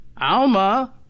Alma